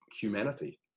humanity